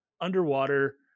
underwater